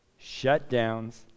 shutdowns